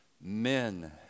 Men